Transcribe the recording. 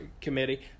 Committee